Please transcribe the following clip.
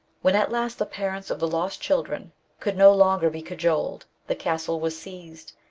when at last the parents of the lost children could no longer be cajoled, the castle was seized,